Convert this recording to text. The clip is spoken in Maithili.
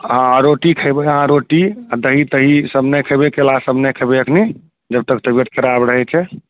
आ रोटी खेबै अहाँ रोटी आ दही तहीसभ नहि खेबै केरासभ नहि खेबै अखनी जब तक तबियत खराब रहैत छै